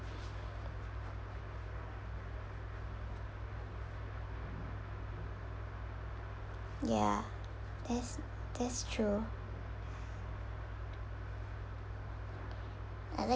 ya that's that's true I like